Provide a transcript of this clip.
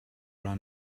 run